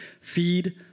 feed